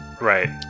Right